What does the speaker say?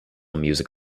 music